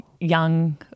young